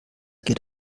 geht